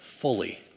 fully